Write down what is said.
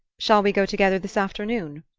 shall we go together this afternoon?